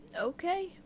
Okay